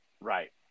Right